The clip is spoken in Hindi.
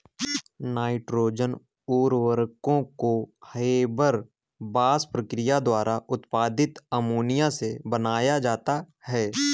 नाइट्रोजन उर्वरकों को हेबरबॉश प्रक्रिया द्वारा उत्पादित अमोनिया से बनाया जाता है